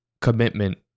commitment